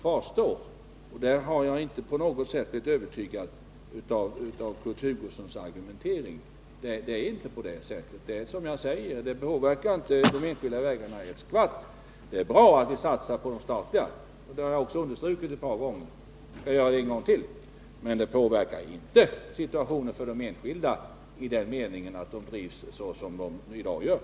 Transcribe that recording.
Jag har inte på något sätt blivit övertygad av Kurt Hugossons argumentering. Det är bra att vi satsar på de statliga vägarna — det har jag understrukit ett par gånger, och jag kan göra det en gång till - men det påverkar inte situationen gynnsamt för de enskilda vägarna som Kurt Hugosson vill göra gällande.